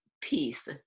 peace